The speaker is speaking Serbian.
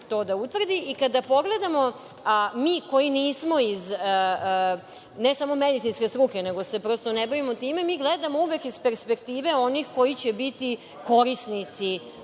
to utvrdi. Kada pogledamo mi koji nismo iz medicinske struke, nego se prosto ne bavimo time, gledamo uvek iz perspektive onih koji će biti korisnici